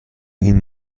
این